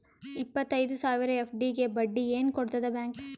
ಇಪ್ಪತ್ತೈದು ಸಾವಿರ ಎಫ್.ಡಿ ಗೆ ಬಡ್ಡಿ ಏನ ಕೊಡತದ ಬ್ಯಾಂಕ್?